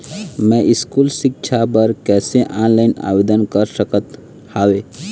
मैं स्कूल सिक्छा बर कैसे ऑनलाइन आवेदन कर सकत हावे?